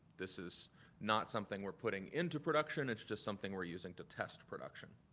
this is not something we're putting into production. it's just something we're using to test production.